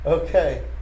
Okay